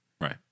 right